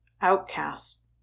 outcast